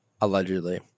Allegedly